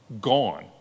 Gone